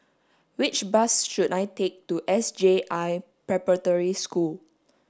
which bus should I take to S J I Preparatory School